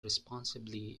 responsibly